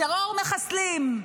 טרור מחסלים.